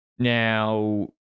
now